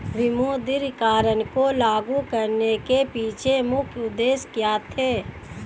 विमुद्रीकरण को लागू करने के पीछे मुख्य उद्देश्य क्या थे?